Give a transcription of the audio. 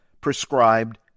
prescribed